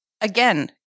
again